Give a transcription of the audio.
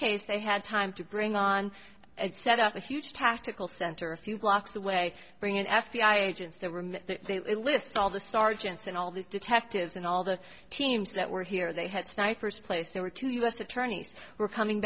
case they had time to bring on and set up a huge tactical center a few blocks away bring in f b i agents that were they list all the sergeants and all the detectives and all the teams that were here they had snipers placed there were two u s attorneys were coming